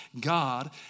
God